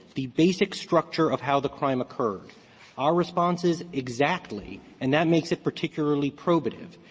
the basic structure of how the crime occurred our response is exactly. and that makes it particularly probative.